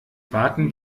warten